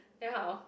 then how